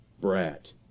brat